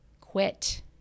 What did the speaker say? Quit